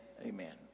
amen